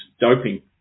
doping